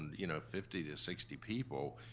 you know, fifty to sixty people,